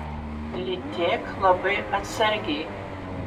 lytėk labai atsargiai